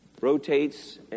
rotates